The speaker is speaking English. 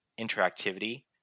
interactivity